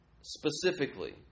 Specifically